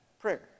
prayer